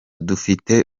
dufite